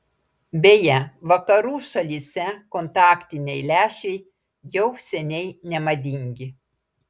beje vakarų šalyse kontaktiniai lęšiai jau seniai nemadingi